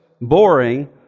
boring